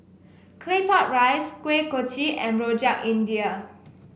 Claypot Rice Kuih Kochi and Rojak India